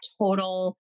total